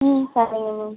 ம் சரிங்க மேம்